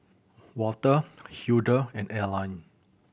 Walter Hildur and Arline